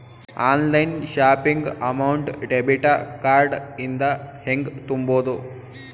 Online shopping amount debit card ಇಂದ ಹೆಂಗ್ ತುಂಬೊದು?